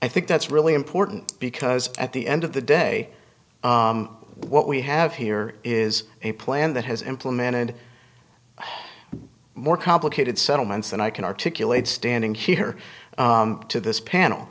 i think that's really important because at the end of the day what we have here is a plan that has implemented more complicated settlements than i can articulate standing here to this